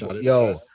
yo